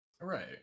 Right